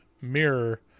mirror